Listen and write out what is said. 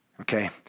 okay